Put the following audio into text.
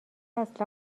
اصلا